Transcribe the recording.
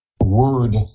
word